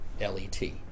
L-E-T